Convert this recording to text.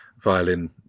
violin